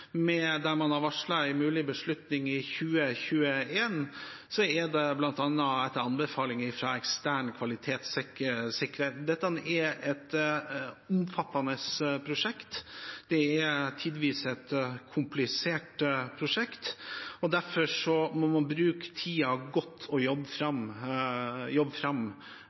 har varslet en mulig beslutning i 2021, er det bl.a. etter anbefaling fra ekstern kvalitetssikrer. Dette er et omfattende prosjekt. Det er tidvis et komplisert prosjekt. Derfor må man bruke tiden godt og jobbe fram